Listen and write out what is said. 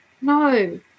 No